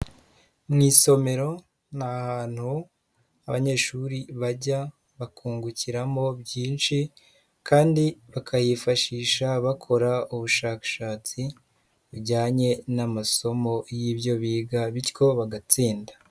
Mu isomero ni ahantu abanyeshuri bajya bakungukiramo byinshi, kandi bakahifashisha bakora ubushakashatsi, bujyanye n'amasomo y'ibyo biga, bityo bagatsinda.